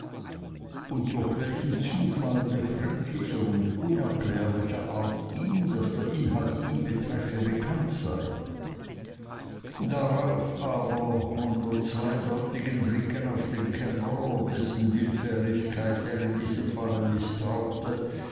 und durch welchen zufall befremdlicher und unerklärlicher art ihm daß der inhalt ihn betreffe bekannt sei hierauf aber unter zweideutigen blicken auf den kämmerer dessen willfährigkeit er in diesem falle mißtraute